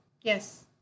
Yes